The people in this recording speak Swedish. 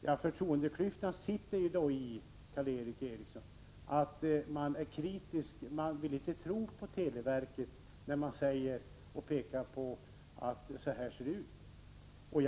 Ja, förtroendeklyftan består i så fall i att man inte vill tro på televerket när televerket säger att det förhåller sig så och så.